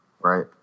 right